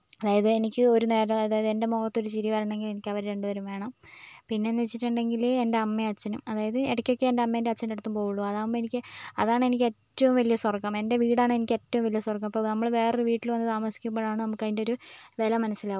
അതായത് എനിക്ക് ഒരു നേരം അതായത് എൻ്റെ മുഖത്ത് ഒരു ചിരി വരണമെങ്കിൽ എനിക്ക് അവർ രണ്ടുപേരും വേണം പിന്നെയെന്നുവെച്ചിട്ടുണ്ടെങ്കിൽ എൻ്റെ അമ്മയും അച്ഛനും അതായത് ഇടയ്ക്കൊക്കെ ഞാൻ എൻ്റെ അമ്മയുടെ അച്ഛൻറെ അടുത്തു പോകുകയുള്ളു അതാകുമ്പോൾ അതാണ് എനിക്ക് ഏറ്റവും വലിയ സ്വർഗ്ഗം എൻ്റെ വീടാണ് എനിക്ക് ഏറ്റവും വലിയ സ്വർഗ്ഗം ഇപ്പോൾ നമ്മൾ വേറൊരു വീട്ടിൽ വന്നു താമസിക്കുമ്പോഴാണ് നമുക്ക് അതിൻ്റെ ഒരു വില മനസ്സിലാകുക